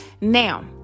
Now